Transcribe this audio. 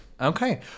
okay